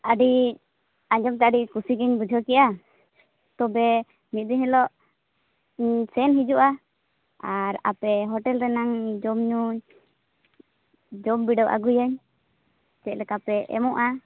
ᱟᱹᱰᱤ ᱟᱸᱡᱚᱢ ᱛᱮ ᱟᱹᱰᱤ ᱠᱩᱥᱤᱜᱮᱧ ᱵᱩᱡᱷᱟᱹᱣ ᱠᱮᱫᱼᱟ ᱛᱚᱵᱮ ᱢᱤᱫ ᱫᱤᱱ ᱦᱤᱞᱳᱜ ᱥᱮᱱ ᱦᱤᱡᱩᱜᱼᱟ ᱟᱨ ᱟᱯᱮ ᱦᱳᱴᱮᱞ ᱨᱮᱱᱟᱝ ᱡᱚᱢ ᱧᱩ ᱡᱚᱢ ᱵᱤᱰᱟᱹᱣ ᱟᱹᱜᱩᱭᱟᱹᱧ ᱪᱮᱫ ᱞᱮᱠᱟᱯᱮ ᱮᱢᱚᱜᱼᱟ